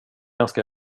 ganska